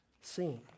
seen